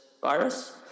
virus